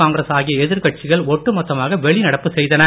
காங்கிரஸ் ஆகிய எதிர்கட்சிகள் ஒட்டு மொத்தமாக வெளிநடப்பு செய்தனர்